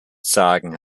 sagen